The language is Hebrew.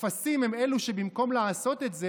אפסים הם אלו שבמקום לעשות את זה,